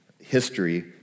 history